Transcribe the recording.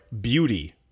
beauty